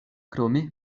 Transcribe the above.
krome